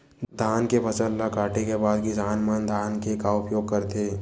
धान के फसल ला काटे के बाद किसान मन धान के का उपयोग करथे?